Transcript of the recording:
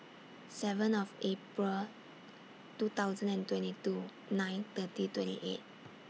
seven of April two thousand and twenty two nine thirty twenty eight